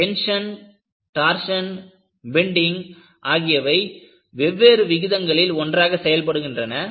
tension torsion bending ஆகியவை வெவ்வேறு விகிதங்களில் ஒன்றாக செயல்படுகின்றன